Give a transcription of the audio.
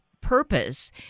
purpose